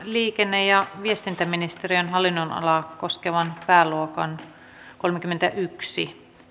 liikenne ja viestintäministeriön hallinnonalaa koskeva pääluokka kolmekymmentäyksi